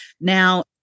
Now